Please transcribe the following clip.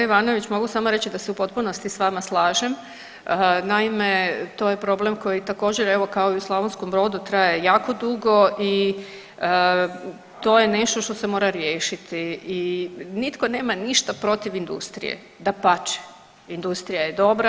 Kolega Ivanović, mogu samo reći da se u potpunosti s vama slažem, naime to je problem koji također evo kao i u Slavonskom Brodu traje jako dugo i to je nešto što se mora riješiti i nitko nema ništa protiv industrije, dapače industrija je dobra.